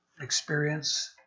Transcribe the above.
experience